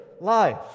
life